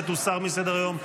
ותוסר מסדר-היום.